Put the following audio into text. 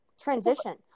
Transition